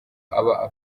aba